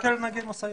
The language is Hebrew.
תסתכל על נהגי משאיות